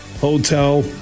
hotel